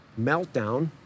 meltdown